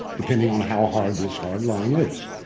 depending on how hard this hard line is.